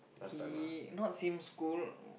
he not same school